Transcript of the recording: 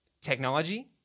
technology